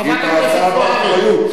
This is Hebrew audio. היא פעלה באחריות.